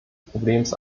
problems